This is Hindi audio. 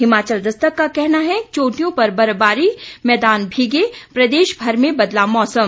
हिमाचल दस्तक का कहना है चोटियों पर बर्फबारी मैदान भीगे प्रदेशभर में बदला मौसम